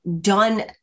done